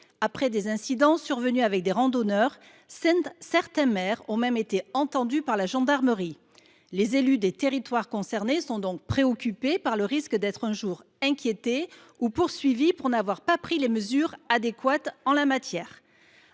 Après des incidents survenus avec des randonneurs, certains maires ont même été entendus par la gendarmerie. Les élus des territoires concernés sont donc préoccupés par le risque d’être un jour inquiétés ou poursuivis pour n’avoir pas pris les mesures adéquates en la matière.